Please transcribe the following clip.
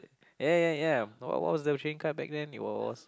ya ya ya what was the trading card back then it was